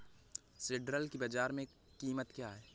सिल्ड्राल की बाजार में कीमत क्या है?